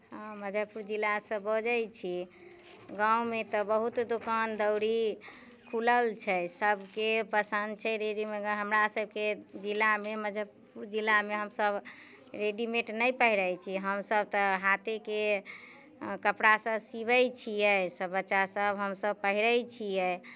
हँ मुजफ्फरपुर जिलासँ बजैत छी गाममे तऽ बहुत दोकान दौड़ी खुलल छै सभके पसन्द छै रेडी मे हमरासभके जिला मे मुजफ्फरपुर जिलामे हमसभ रेडिमेड नहि पहिरै छियै हमसभ तऽ हाथेके कपड़ासभ सिबै छियै सभ बच्चासभ हमसभ पहिरै छियै